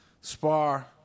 spar